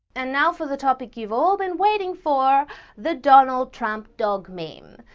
and now for the topic you've all been waiting for the donald trump dog meme.